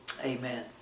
Amen